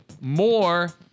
More